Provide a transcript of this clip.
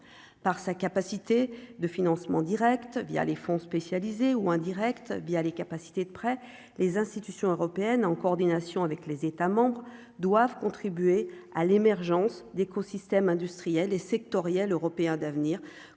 par sa capacité de financement Direct via les fonds spécialisés ou indirecte, via les capacités de près les institutions européennes, en coordination avec les États membres doivent contribuer à l'émergence d'écosystèmes industriel et sectoriel européen d'avenir,